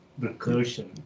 recursion